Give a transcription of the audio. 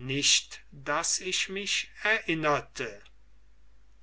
nicht daß ich mich erinnerte